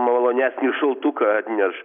malonesnį šaltuką atneš